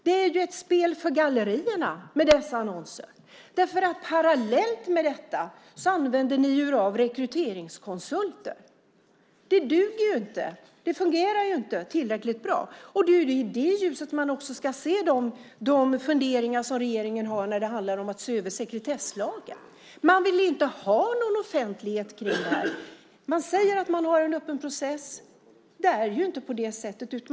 Det är ett spel för gallerierna med dessa annonser därför att parallellt med detta använder ni er av rekryteringskonsulter. Det duger inte. Det fungerar inte tillräckligt bra. Det är i det ljuset man ska se de funderingar regeringen har när det handlar om att se över sekretesslagen. Man vill inte ha någon offentlighet. Man säger att man har en öppen process, men det är inte på det sättet.